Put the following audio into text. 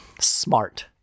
Smart